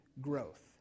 growth